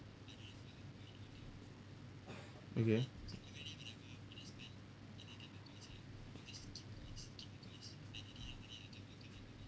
okay